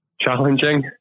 challenging